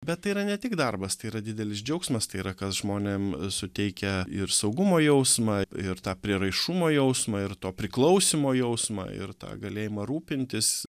bet tai yra ne tik darbas tai yra didelis džiaugsmas tai yra kas žmonėm suteikia ir saugumo jausmą ir tą prieraišumo jausmą ir to priklausymo jausmą ir tą galėjimą rūpintis